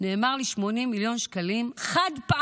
נאמר לי: 80 מיליון שקלים חד-פעמיים,